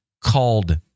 called